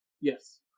Yes